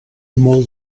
molt